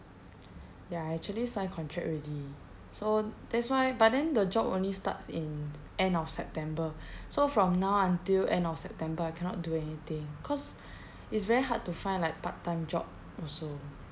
ya I actually sign contract already so that's why but then the job only starts in end of september so from now until end of september I cannot do anything cause it's very hard to find like part time job also